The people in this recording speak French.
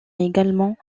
également